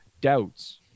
doubts